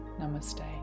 namaste